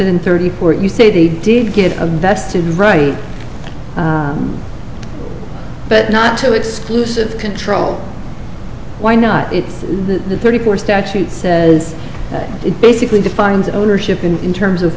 in thirty four you say they did give a vested right but not to exclusive control why not it's the thirty four statute says it basically defines ownership in terms of